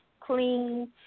clean